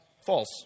False